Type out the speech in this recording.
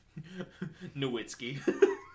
Nowitzki